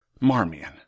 Marmion